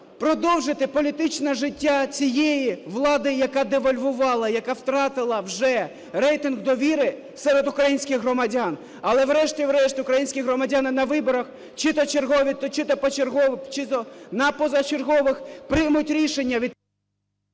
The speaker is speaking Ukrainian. продовжити політичне життя цієї влади, яка девальвувала, яка втратила вже рейтинг довіри серед українських громадян. Але, врешті-решт, українські громадяни на виборах, чи то чергових, чи то на позачергових, приймуть рішення… Веде